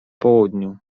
południu